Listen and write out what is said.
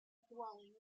dwellings